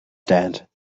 stand